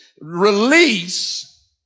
release